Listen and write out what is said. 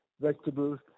vegetables